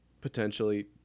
potentially